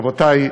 רבותי,